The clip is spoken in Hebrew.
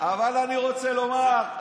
אבל אני רוצה לומר,